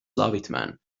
لاویتمن